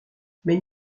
mais